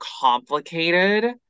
complicated